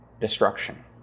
destruction